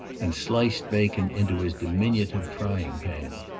and sliced bacon into his diminutive frying-pan.